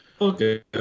Okay